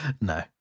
No